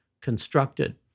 constructed